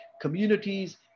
communities